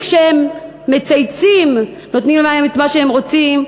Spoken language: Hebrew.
כשהם מצייצים ונותנים להם את מה שהם רוצים,